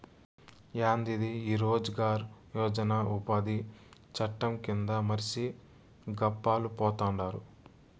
యాందిది ఈ రోజ్ గార్ యోజన ఉపాది చట్టం కింద మర్సి గప్పాలు పోతండారు